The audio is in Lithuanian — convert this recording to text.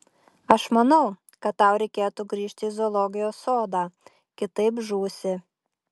aš manau kad tau reikėtų grįžti į zoologijos sodą kitaip žūsi